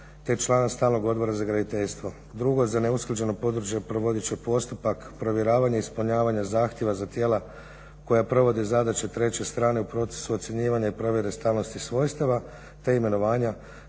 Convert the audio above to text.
te člana stalnog Odbora za graditeljstvo. Drugo, za neusklađeno područje provoditi će postupak provjeravanja ispunjavanja zahtjeva za tijela koja provode zadaće treće strane u procesu ocjenjivanja i provjere stalnosti svojstava. Te imenovanja